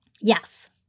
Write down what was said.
Yes